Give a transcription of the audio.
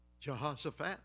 Jehoshaphat